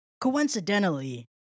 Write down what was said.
coincidentally